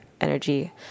energy